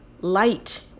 light